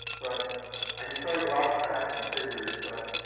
but i can show you a lot of facts and figures, but